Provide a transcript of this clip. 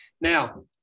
Now